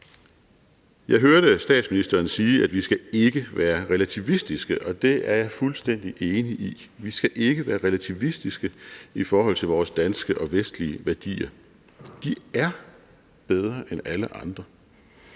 Jeg hørte statsministeren sige, at vi ikke skal være relativistiske, og det er jeg fuldstændig enig i. Vi skal ikke være relativistiske i forhold til vores danske og vestlige værdier. De er bedre end alle andre,